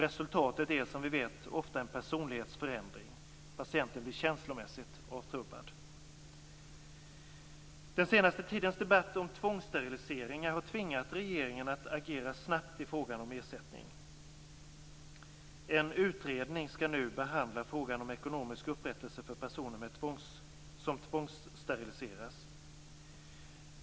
Resultatet är ofta, som vi vet, en personlighetsförändring. Patienten blir känslomässigt avtrubbad. Den senaste tidens debatt om tvångssteriliseringar har tvingat regeringen att agera snabbt i frågan om ersättning. En utredning skall nu behandla frågan om ekonomisk upprättelse för personer som tvångssteriliserats.